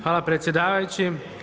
Hvala predsjedavajući.